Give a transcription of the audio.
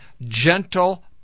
Gentle